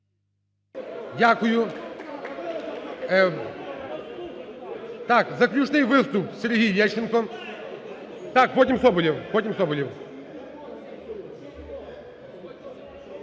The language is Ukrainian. Дякую. Так, заключний виступ. Сергій Лещенко. Так, потім Соболєв,